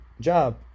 job